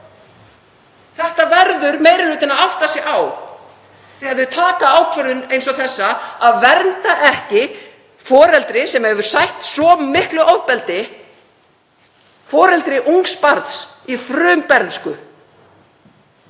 Þessu verður meiri hlutinn að átta sig á þegar þau taka ákvörðun eins og þá að vernda ekki foreldri sem hefur sætt svo miklu ofbeldi, foreldri ungs barns í frumbernsku,